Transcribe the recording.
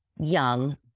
young